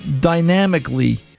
dynamically